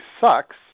sucks